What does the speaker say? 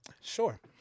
Sure